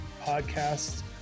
Podcasts